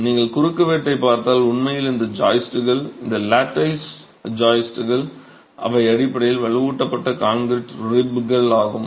நீங்கள் குறுக்குவெட்டைப் பார்த்தால் உண்மையில் இந்த ஜாய்ஸ்டுகள் இந்த லாட்டைஸ்ட் ஜாயிஸ்டுகள் அவை அடிப்படையில் வலுவூட்டப்பட்ட கான்கிரீட் ரிப்கள் ஆகும்